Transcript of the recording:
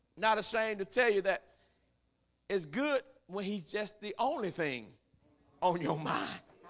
not ashamed to tell you that is good when he's just the only thing on your mind